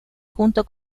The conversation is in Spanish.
junto